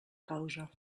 causa